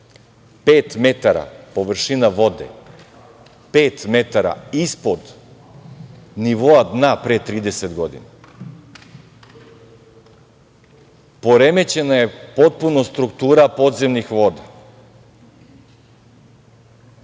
metara površina vode, pet metara ispod nivoa dna pre 30 godina. Poremećena je potpuno struktura podzemnih voda.